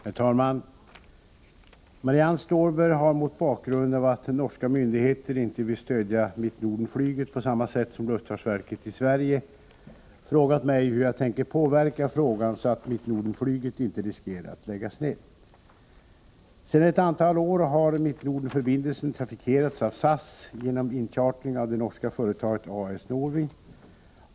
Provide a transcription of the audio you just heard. Herr talman! Marianne Stålberg har mot bakgrund av att norska myndigheter inte vill stödja Mittnorden-flyget på samma sätt som luftfartsverket i Sverige frågat mig hur jag tänker påverka frågan så att Mittnorden-flyget inte riskerar att läggas ned. Sedan ett antal år har Mittnorden-förbindelsen trafikerats av SAS genom inchartring av det norska företaget A/S Norwing.